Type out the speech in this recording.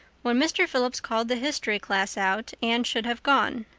when mr. phillips called the history class out anne should have gone,